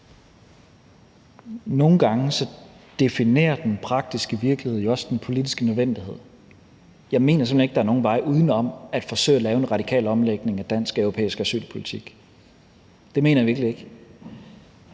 Nogle gange definerer den praktiske virkelighed jo også den politiske nødvendighed. Jeg mener simpelt hen ikke, der er nogen vej uden om at forsøge at lave en radikal omlægning af den danske og europæiske asylpolitik. Det mener jeg virkelig ikke.